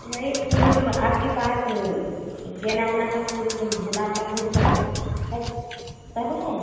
वही फूल ऊल आपके पास गेंदा वेंदा का फूल गुलाब का फूल इ सब का